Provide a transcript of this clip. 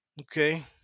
Okay